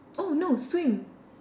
oh no swim